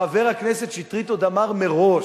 חבר הכנסת שטרית עוד אמר מראש,